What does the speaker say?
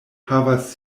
havas